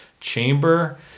Chamber